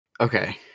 Okay